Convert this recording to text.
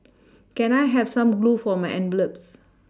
can I have some glue for my envelopes